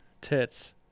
Tits